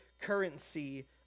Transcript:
currency